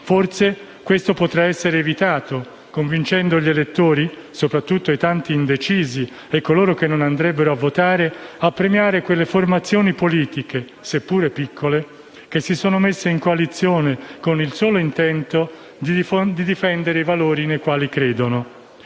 forse questo potrà essere evitato convincendo gli elettori, soprattutto i tanti indecisi e coloro che non andrebbero a votare, a premiare quelle formazioni politiche, seppure piccole, che si sono messe in coalizione con il solo intento di difendere i valori nei quali credono,